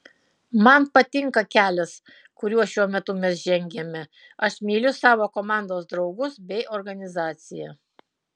man patinka kelias kuriuo šiuo metu mes žengiame aš myliu savo komandos draugus bei organizaciją